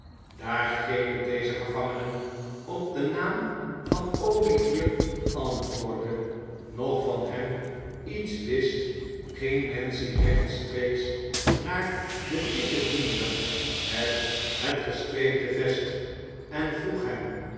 daar geene dezer gevangenen op den naam van olivier antwoordde noch van hem iets wist ging nancy rechtstreeks naar den dikken diender met het gestreepte vest en vroeg hem